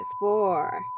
four